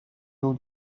nhw